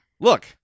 look